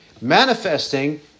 manifesting